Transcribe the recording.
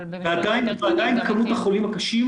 אבל --- ועדיין כמות החולים הקשים,